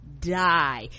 die